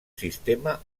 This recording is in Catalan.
sistema